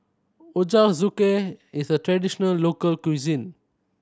ochazuke is a traditional local cuisine